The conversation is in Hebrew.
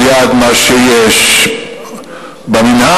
על-יד מה שיש במינהל?